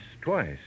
twice